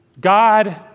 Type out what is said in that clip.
God